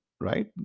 right